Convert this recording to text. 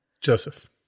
Joseph